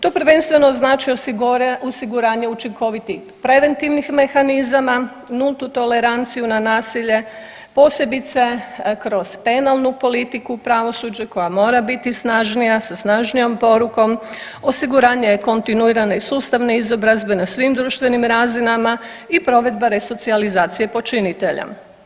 To prvenstveno znači osiguranje učinkovitih preventivnih mehanizama, nultu toleranciju na nasilje posebice kroz penalnu politiku pravosuđa koja mora biti snažnija, sa snažnijom porukom, osiguranje kontinuirane i sustavne izobrazbe na svim društvenim razinama i provedba resocijalizacije počinitelja.